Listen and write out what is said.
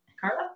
Carla